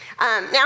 Now